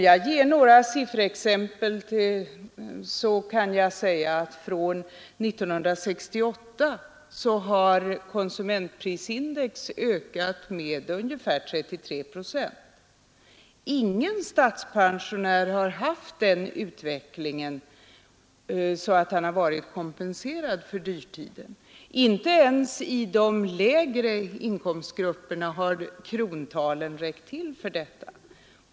Jag kan säga — för att här ta ett exempel — att från 1968 har konsumentprisindex ökat med ungefär 33 procent. Ingen statspensionär har varit kompenserad för dyrtiden. Inte ens i de lägre inkomstgrupperna har krontalen räckt till för det.